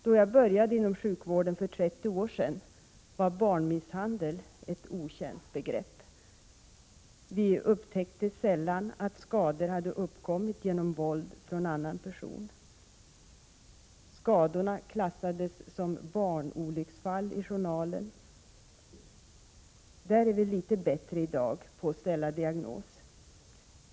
Då jag började inom sjukvården för 30 år sedan var barnmisshandel ett okänt begrepp. Vi upptäckte sällan att skador hade uppkommit genom våld från annan person. Skadorna klassades som barnolycksfall i journalen. I dag är vi litet bättre på att ställa diagnos.